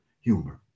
humor